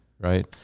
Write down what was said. right